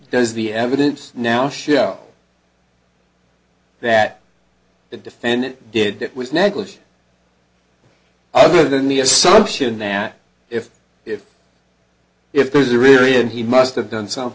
does the evidence now show that the defendant did it was negligent other than the assumption that if if if there's a reason he must have done so